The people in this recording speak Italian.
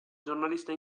giornalista